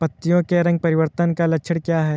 पत्तियों के रंग परिवर्तन का लक्षण क्या है?